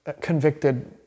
convicted